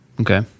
Okay